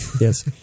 Yes